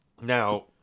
Now